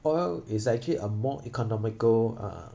oil is actually a more economical uh